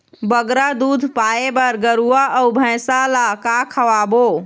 बगरा दूध पाए बर गरवा अऊ भैंसा ला का खवाबो?